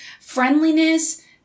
Friendliness